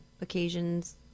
occasions